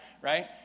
right